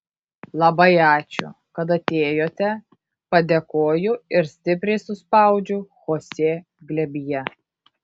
labai ačiū kad atėjote padėkoju ir stipriai suspaudžiu chosė glėbyje